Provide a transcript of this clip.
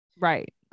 Right